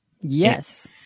Yes